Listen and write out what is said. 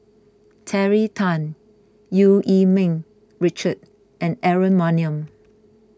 Terry Tan Eu Yee Ming Richard and Aaron Maniam